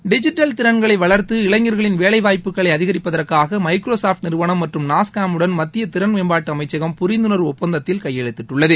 digital திறன்களை வளர்த்து இளைஞர்களின் வேலை வாய்ப்புகளை அதிகரிப்பதற்காக மைக்ரோசாப்ட் நிறுவனம் மற்றம் நாஸ்காமுடன் மத்திய திறன் மேம்பாட்டு அமைச்சகம் புரிந்துணர்வு ஒப்பந்தத்தில் கையெழுத்திட்டுள்ளது